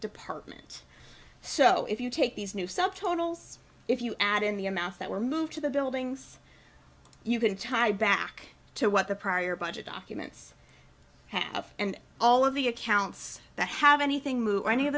department so if you take these new subtotals if you add in the amount that were moved to the buildings you can tie back to what the prior budget documents have and all of the accounts that have anything moving any of